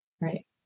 Right